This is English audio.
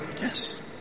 Yes